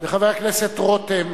וחבר הכנסת רותם